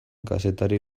kazetari